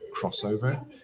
crossover